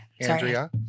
Andrea